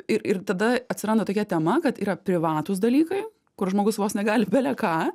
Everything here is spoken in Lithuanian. ir ir tada atsiranda tokia tema kad yra privatūs dalykai kur žmogus vos negali bele ką